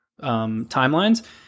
timelines